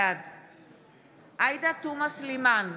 בעד עאידה תומא סלימאן,